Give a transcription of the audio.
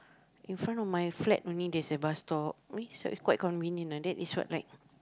in front of my flat only there's a bus stop I mean it's quite convenient lah that is what like